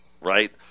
right